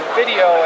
video